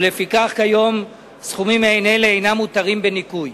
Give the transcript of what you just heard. ולפיכך, כיום סכומים מעין אלה אינם מותרים בניכוי.